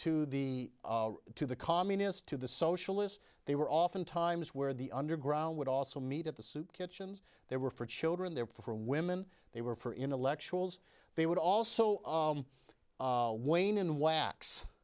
to the to the communist to the socialist they were often times where the underground would also meet at the soup kitchens they were for children there for women they were for intellectuals they would also wane in wax